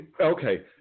okay